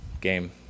game